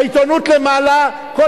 העיתונות למעלה, לא, לא, הוא רצה תשובה.